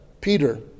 Peter